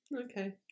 Okay